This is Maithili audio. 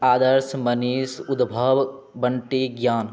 आदर्श मनीष उद्भव बन्टी ज्ञान